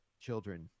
children